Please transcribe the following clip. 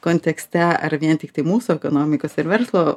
kontekste ar vien tiktai mūsų ekonomikos ir verslo